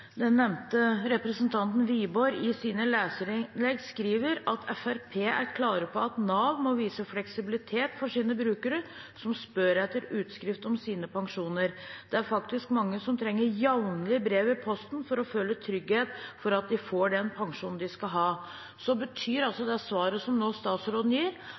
den nevnte representanten Wiborg i sine leserinnlegg skriver at Fremskrittspartiet er klare på at Nav må vise fleksibilitet overfor sine brukere som spør etter utskrift om sine pensjoner – det er faktisk mange som trenger jevnlig brev i posten for å føle trygghet for at de får den pensjonen de skal ha – betyr det svaret statsråden nå gir,